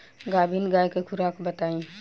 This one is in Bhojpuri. गाभिन गाय के खुराक बताई?